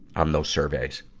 on those surveys.